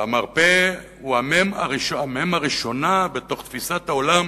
המרפא הוא המ"ם הראשונה בתוך תפיסת העולם